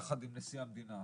יחד עם נשיא המדינה,